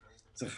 זה המצב